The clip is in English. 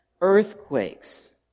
earthquakes